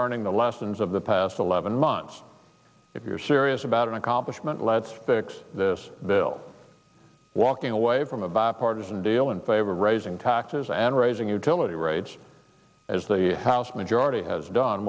learning the lessons of the past eleven months if you're serious about an accomplishment let's fix this bill walking away from a bipartisan deal in favor of raising taxes and raising utility rates as they house majority has done